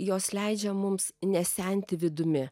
jos leidžia mums nesenti vidumi